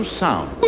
sound